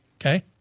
okay